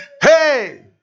hey